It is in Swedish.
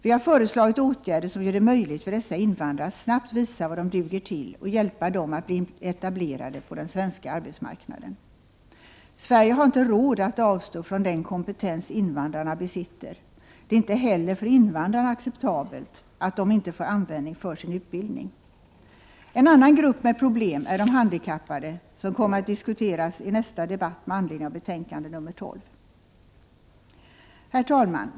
Vi har föreslagit åtgärder som gör det möjligt för dessa invandrare att snabbt visa vad de duger till och hjälpa dem att bli etablerade på den svenska arbetsmarknaden. Sverige har inte råd att avstå från den kompetens invandrarna besitter. Det är inte heller för invandrarna acceptabelt att de inte får användning för sin utbildning. En annan grupp med problem är de handikappade, som kommer att diskuteras i nästa debatt med anledning av betänkande nr 12. Herr talman!